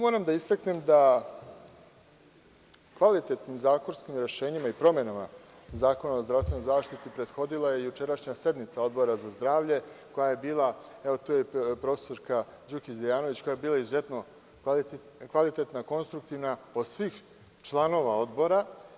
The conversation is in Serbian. Moram da istaknem da je kvalitetnim zakonskim rešenjima i promenama Zakona o zdravstvenoj zaštiti prethodila jučerašnja sednica Odbora za zdravlje, koja je bila, evo, tu je profesorka Đukić Dejanović, izuzetno kvalitetna, konstruktivna, od strane svih članova Odbora.